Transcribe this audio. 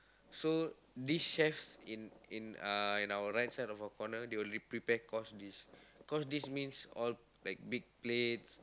so these chefs in in uh in our right side of our corner they will prepare course dish course dish means all like big plates